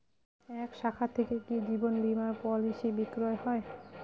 এই শাখা থেকে কি জীবন বীমার পলিসি বিক্রয় হয়?